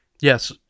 yes